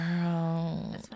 Girl